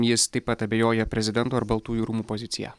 jis taip pat abejoja prezidento ir baltųjų rūmų pozicija